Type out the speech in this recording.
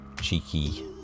cheeky